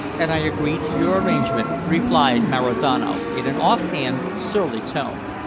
and i agree to your arrangement, replied marizano, in an off-hand, surly tone.